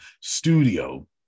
studio